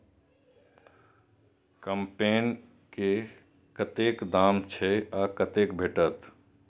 कम्पेन के कतेक दाम छै आ कतय भेटत?